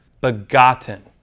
begotten